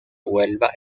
huelva